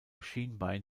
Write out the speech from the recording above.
schienbein